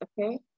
okay